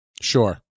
Sure